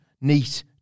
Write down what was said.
neat